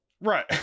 Right